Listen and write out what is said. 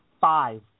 five